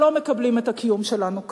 שלא מקבלים את הקיום שלנו כאן.